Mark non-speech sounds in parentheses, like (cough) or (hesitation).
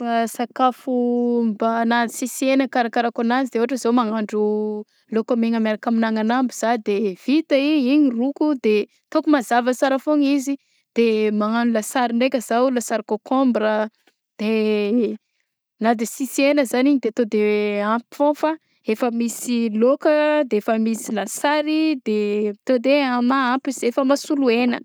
Sakafo mba na sisy hena karakarako anazy de ôhatra zao magnandro laoka mena miaraka amin'agnanambo za de vita igny; igny ro-ko de ataoko mazava sara foagnan' izy de magnano lasary andraika zaho, lasary kôkômbra de (hesitation) na de sisy hena zany igny de to de ampy foagnany fa efa misy laoka de efa misy lasary de tô de an- mahampy si efa mahasolo hena.